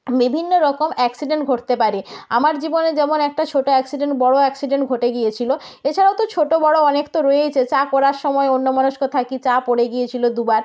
বিভিন্ন রকম অ্যাক্সিডেন্ট ঘটতে পারে আমার জীবনে যেমন একটা ছোটো অ্যাক্সিডেন্ট বড় অ্যাক্সিডেন্ট ঘটে গিয়েছিল এছাড়াও তো ছোটো বড় অনেক তো রয়েইছে চা করার সময় অন্যমনস্ক থাকি চা পড়ে গিয়েছিল দুবার